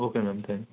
okay ma'am thank